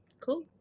Cool